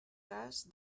cas